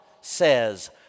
says